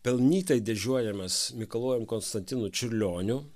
pelnytai didžiuojamės mikalojum konstantinu čiurlioniu